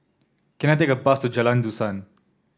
can I take a bus to Jalan Dusan